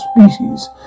species